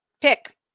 pick